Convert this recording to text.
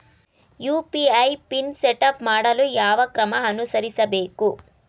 UPI pin setup ಮಾಡಲು ಯಾವ ಕ್ರಮ ಅನುಸರಿಸಬೇಕು?